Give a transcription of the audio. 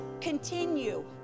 continue